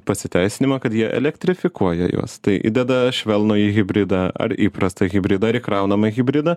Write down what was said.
pasiteisinimą kad jie elektrifikuoja juos tai įdeda švelnųjį hibridą ar įprastą hibridą ar įkraunamą hibridą